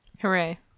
Hooray